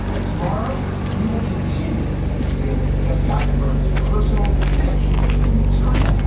and tomorrow we will continue with jesse eisenberg's personal connection to the material,